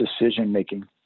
decision-making